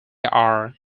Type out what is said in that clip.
are